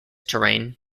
terrain